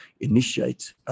initiate